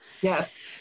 Yes